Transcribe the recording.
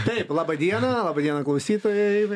taip labą dieną laba diena klausytojai